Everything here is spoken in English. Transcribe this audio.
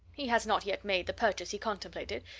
he has not yet made the purchase he contemplated,